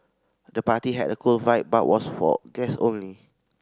the party had a cool vibe but was for guest only